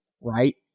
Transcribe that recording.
right